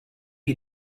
you